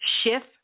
Shift